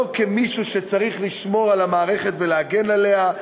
לא כמישהו שצריך לשמור על המערכת ולהגן עליה,